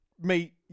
meet